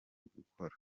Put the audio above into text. gukora